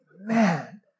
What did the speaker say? man